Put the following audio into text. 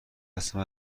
هستم